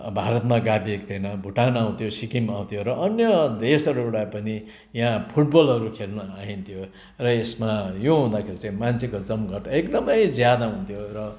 भारतमा गाभिएको थिएन भुटान आउँथ्यो सिक्किम आउँथ्यो र अन्य देशहरूबाट पनि यहाँ फुटबलहरू खेल्नु आइन्थ्यो र यसमा यो हुँदाखेरि चाहिँ मान्छेको जमघट एकदमै ज्यादा हुन्थ्यो र